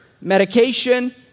medication